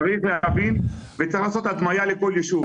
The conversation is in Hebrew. צריך להבין וצריך לעשות הדמיה לכל יישוב.